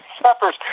Peppers